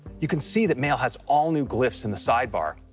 you can see that mail has all-new glyphs in the sidebar,